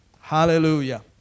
Hallelujah